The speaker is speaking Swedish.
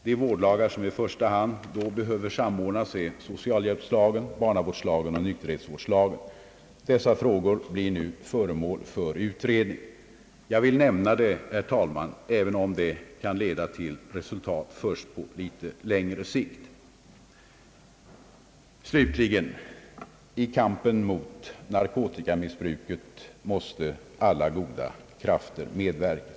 De vårdlagar som i första hand behöver samordnas är socialvårdslagen, barnavårdslagen och nykterhetsvårdslagen. Dessa frågor blir nu föremål för utredning. Jag vill nämna detta, även om det kan leda till resultat först på litet längre sikt. I kampen mot narkotikamissbruket måste alla goda krafter samverka.